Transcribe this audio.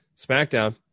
SmackDown